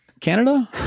canada